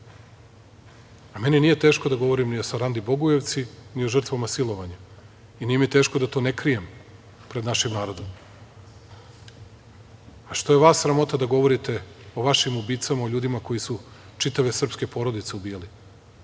nije teško da govorim ni o Sarandi Bogujevci, ni o žrtvama silovanja i nije mi teško da to ne krijem pred našim narodom. A, što je vas sramota da govorite o vašim ubicama, o ljudima koji su čitave srpske porodice ubijali?